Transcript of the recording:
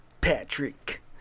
Patrick